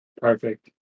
Perfect